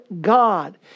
God